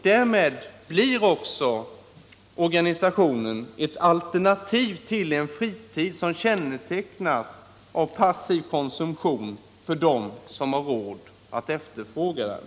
Därmed blir organisationen ett alternativ till en fritid som kännetecknas av passiv konsumtion för den som har råd att efterfråga den.